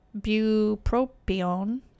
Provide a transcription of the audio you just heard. bupropion